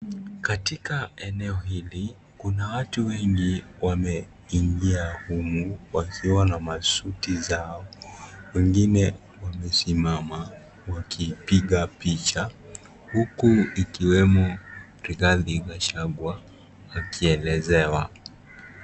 Katika eneno hili kuna watu wengi wameingia humu wakiwa na masuti zao, wengine wamesimama wakipiga picha huku ikiwemo Rigathi Gachagua akielezewa.